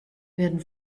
werden